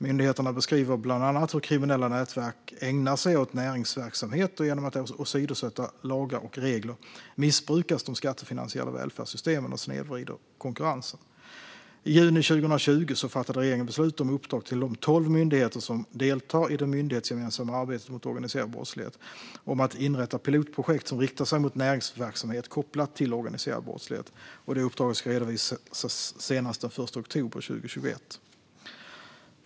Myndigheterna beskriver bland annat hur kriminella nätverk ägnar sig åt näringsverksamhet, och genom att åsidosätta lagar och regler missbrukas de skattefinansierade välfärdssystemen och snedvrids konkurrensen. I juni 2020 fattade regeringen beslut om uppdrag till de tolv myndigheter som deltar i det myndighetsgemensamma arbetet mot organiserad brottslighet om att inrätta pilotprojekt som riktar sig mot näringsverksamhet kopplad till organiserad brottslighet. Uppdraget ska redovisas senast den 1 oktober 2021.